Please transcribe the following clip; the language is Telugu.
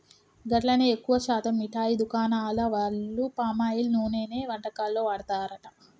గట్లనే ఎక్కువ శాతం మిఠాయి దుకాణాల వాళ్లు పామాయిల్ నూనెనే వంటకాల్లో వాడతారట